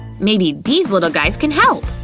maybe these little guys can help!